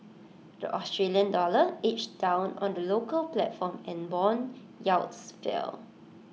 the Australian dollar edged down on the local platform and Bond yields fell